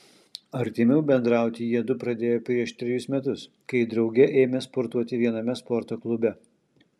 artimiau bendrauti jiedu pradėjo prieš trejus metus kai drauge ėmė sportuoti viename sporto klube